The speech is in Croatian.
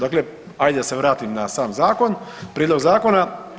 Dakle, ajde da se vratim na sam zakon, prijedlog zakona.